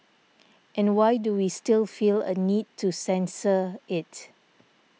and why do we still feel a need to censor it